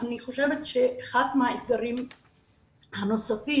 אני חושבת שאחד מהאתגרים הנוספים,